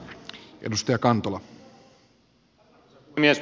arvoisa puhemies